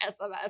SMS